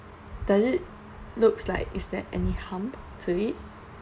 does it right look like is that any harm to it